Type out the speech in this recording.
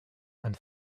and